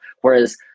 whereas